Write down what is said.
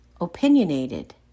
opinionated